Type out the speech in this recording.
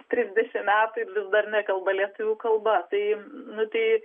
trisdešimt metų ir vis dar nekalba lietuvių kalba tai nu tai